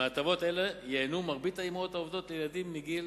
מהטבות אלה ייהנו מרבית האמהות העובדות לילדים בגיל